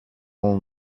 will